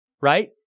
right